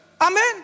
Amen